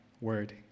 word